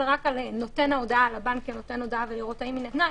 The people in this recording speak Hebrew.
רק על הבנק כנותן הודעה ולראות האם היא ניתנה,